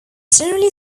generally